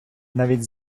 навіть